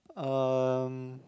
um